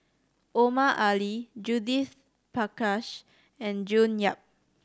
Omar Ali Judith Prakash and June Yap